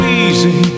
easy